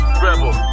rebel